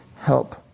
help